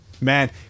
Man